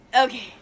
Okay